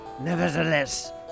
nevertheless